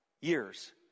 years